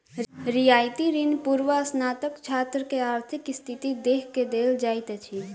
रियायती ऋण पूर्वस्नातक छात्र के आर्थिक स्थिति देख के देल जाइत अछि